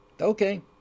Okay